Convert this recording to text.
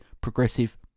progressive